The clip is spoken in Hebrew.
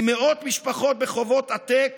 עם מאות משפחות בחובות עתק